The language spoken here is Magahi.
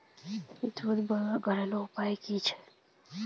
दूध बढ़वार घरेलू उपाय की छे?